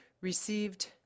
received